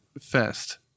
fest